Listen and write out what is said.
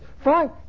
fine